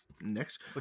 Next